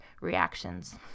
reactions